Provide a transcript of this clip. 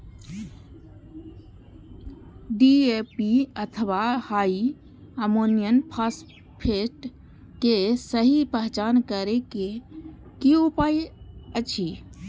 DAP अथवा di ammonium phosphate के सहि पहचान करे के कि उपाय अछि?